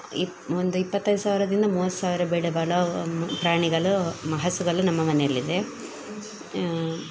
ಇಪ ಒಂದು ಇಪತ್ತೈದು ಸಾವಿರದಿಂದ ಮೂವತ್ತು ಸಾವಿರ ಬೆಲೆ ಬಾಳೋ ಪ್ರಾಣಿಗಳು ಮ ಹಸುಗಳು ನಮ್ಮ ಮನೆಯಲ್ಲಿದೆ